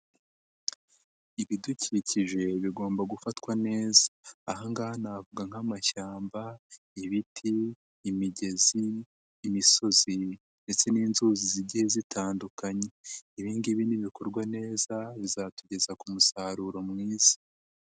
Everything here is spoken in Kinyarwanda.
Ibidukikije bigomba gufatwa neza aha ngaha havuga nk'mashyamba, ibiti, imigezi, imisozi ndetse n'inzuzi zigiye zitandukanye, ibi ngibi nibikorwa neza bizatugeza ku musaruro mwiza.